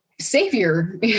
savior